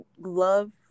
love